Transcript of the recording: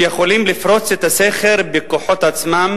שיכולים לפרוץ את הסכר בכוחות עצמם,